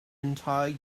entire